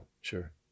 Sure